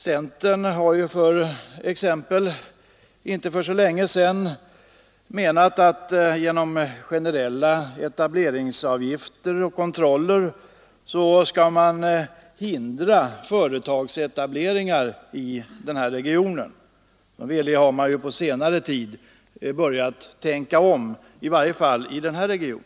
Centern har t.ex. för inte så länge sedan menat att man genom generella etableringsavgifter och kontroller skulle hindra företagsetableringar i vår region. Centern har dock på senare tid börjat tänka om, i varje fall vad avser denna region.